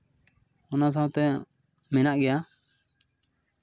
ᱚᱱᱟ ᱥᱟᱶᱛᱮ ᱢᱮᱱᱟᱜ ᱜᱮᱭᱟ